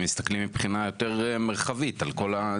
הם מסתכלים מבחינה יותר מרחבית על הכל,